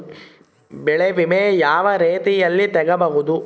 ಬೆಳೆ ವಿಮೆ ಯಾವ ರೇತಿಯಲ್ಲಿ ತಗಬಹುದು?